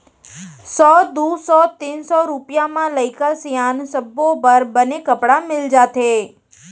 सौ, दू सौ, तीन सौ रूपिया म लइका सियान सब्बो बर बने कपड़ा मिल जाथे